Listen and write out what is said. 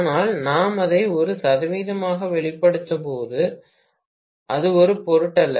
ஆனால் நாம் அதை ஒரு சதவீதமாக வெளிப்படுத்தும்போது அது ஒரு பொருட்டல்ல